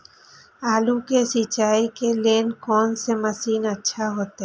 आलू के सिंचाई के लेल कोन से मशीन अच्छा होते?